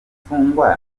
imfungwa